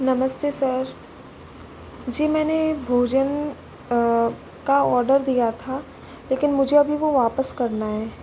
नमस्ते सर जी मैंने भोजन का ऑर्डर दिया था लेकिन मुझे अभी वो वापस करना है